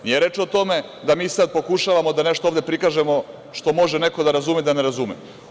Nije reč o tome da mi sad pokušavamo da nešto ovde prikažemo što može neko da razume, da ne razume.